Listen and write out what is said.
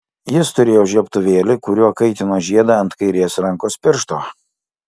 jis turėjo žiebtuvėlį kuriuo kaitino žiedą ant kairės rankos piršto